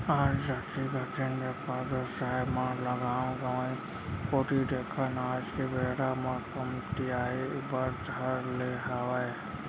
आज जातिगत जेन बेपार बेवसाय मन ल गाँव गंवाई कोती देखन आज के बेरा म कमतियाये बर धर ले हावय